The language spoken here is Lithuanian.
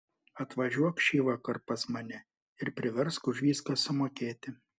atvažiuok šįvakar pas mane ir priversk už viską sumokėti